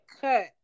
cut